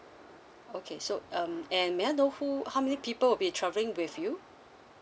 okay so um and may I know who how many people would be travelling with you